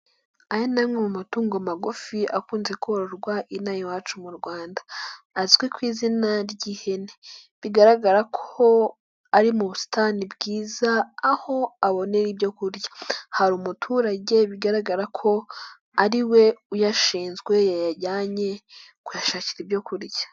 Aya ni amwe mu matungo magufi akunze kororwa inaha iwacu mu Rwanda ,azwi ku izina ry'ihene. Bigaragara ko ari mu busitani bwiza aho abonera ibyo kurya. Hari umuturage bigaragara ko ari we uyashinzwe yayajyanye kuyashakira ibyo kurya.